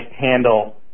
handle